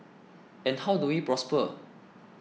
and how do we prosper